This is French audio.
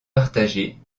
partagés